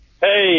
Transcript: Hey